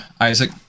Isaac